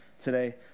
today